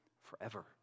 forever